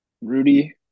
Rudy